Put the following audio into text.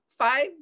five